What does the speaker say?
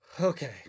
okay